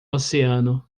oceano